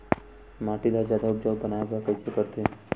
माटी ला जादा उपजाऊ बनाय बर कइसे करथे?